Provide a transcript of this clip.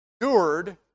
endured